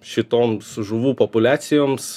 šitoms žuvų populiacijoms